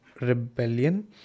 rebellion